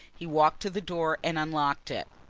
he walked to the door and unlocked it.